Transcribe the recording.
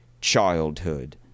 childhood